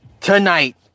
tonight